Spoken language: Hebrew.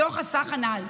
מתוך הסך הנ"ל,